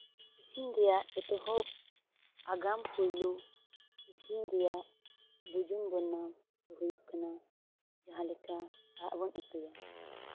ᱤᱥᱤᱱ ᱨᱮᱭᱟᱜ ᱮᱛᱚᱦᱚᱵ ᱟᱜᱟᱢ ᱯᱳᱭᱞᱳ ᱤᱥᱤᱱ ᱨᱮᱭᱟᱜ ᱵᱩᱡᱩᱱ ᱵᱚᱨᱱᱚᱱ ᱦᱩᱭᱩᱜ ᱠᱟᱱᱟ ᱡᱟᱦᱟᱸ ᱞᱮᱠᱟ ᱟᱲᱟᱜ ᱵᱚᱱ ᱩᱛᱩᱭᱟ